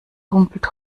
humpelt